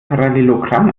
parallelogramm